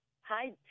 Hi